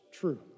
true